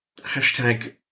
Hashtag